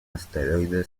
asteroide